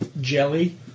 jelly